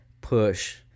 push